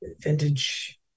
vintage